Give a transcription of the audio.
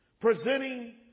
Presenting